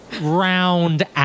round